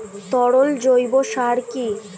তরল জৈব সার কি?